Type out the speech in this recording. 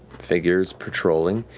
figures patrolling.